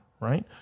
right